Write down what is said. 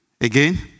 Again